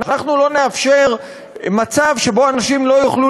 אנחנו לא נאפשר מצב שאנשים לא יוכלו